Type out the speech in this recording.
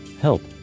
Help